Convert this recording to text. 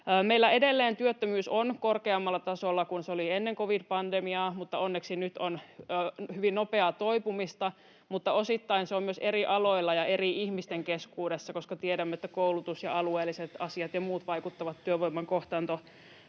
Meillä edelleen työttömyys on korkeammalla tasolla kuin se oli ennen covid-pandemiaa, mutta onneksi nyt on hyvin nopeaa toipumista, mutta osittain se on myös eri aloilla ja eri ihmisten keskuudessa, koska tiedämme, että koulutus ja alueelliset asiat ja muut vaikuttavat työvoiman